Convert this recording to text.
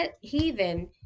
heathen